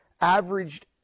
averaged